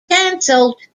cancelled